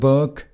Book